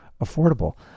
affordable